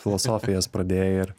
filosofijas pradėjai ir